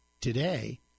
Today